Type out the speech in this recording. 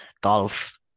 golf